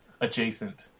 adjacent